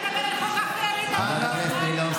חוק אחר, איתמר.